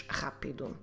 rápido